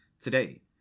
Today